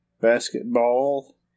basketball